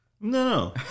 No